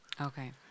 Okay